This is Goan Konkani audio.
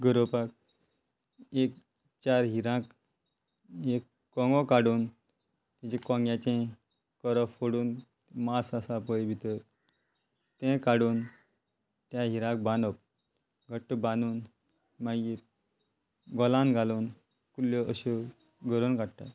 गरोवपाक एक चार हिराक एक कोंगो काडून तेजे कोंग्याचें करप फोडून मास आसा पळय भितर तें काडून त्या हिराक बांदप घट्ट बांदून मागीर गोलान घालून कुल्ल्यो अश्यो घरोवन काडटा